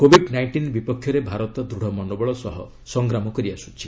Covid nineteen ବିପକ୍ଷରେ ଭାରତ ଦୂଡ଼ ମନୋବଳ ସହ ସଂଗ୍ରାମ କରିଆସୁଛି